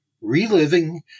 Reliving